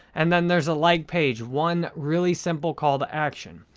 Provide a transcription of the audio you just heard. and then there's a like page, one really simple call to action.